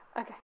Okay